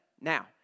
Now